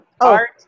art